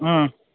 ಹ್ಞೂ